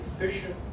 efficient